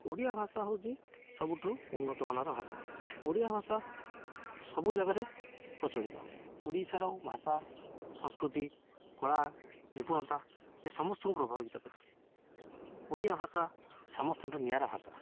ଓଡ଼ିଆ ଭାଷା ହେଉଛି ସବୁଠୁ ଉନ୍ନତମାନର ଭାଷା ଓଡ଼ିଆ ଭାଷା ସବୁ ଜାଗାରେ ପ୍ରଚଳିତ ଓଡ଼ିଶାର ଭାଷା ସଂସ୍କୃତି କଳା ନିପୁଣତା ଏ ସମସ୍ତଙ୍କୁ ପ୍ରଭାବିତ କରିଛି ଓଡ଼ିଆ ଭାଷା ସମସ୍ତଙ୍କଠୁ ନିଆରା ଭାଷା